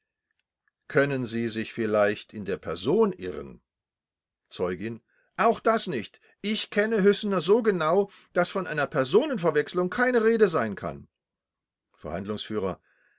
können sie sich vielleicht in der person irren zeugin auch das nicht ich kenne hüssener so genau daß von einer personenverwechselung keine rede sein kann